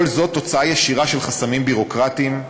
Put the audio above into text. כל זאת תוצאה ישירה של חסמים ביורוקרטיים.